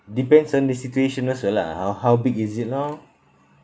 depends on the situation also lah how how big is it loh